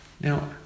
Now